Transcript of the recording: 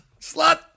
Slut